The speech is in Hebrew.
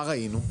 מה ראינו?